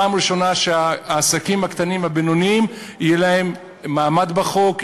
פעם ראשונה שלעסקים הקטנים והבינוניים יהיה מעמד בחוק,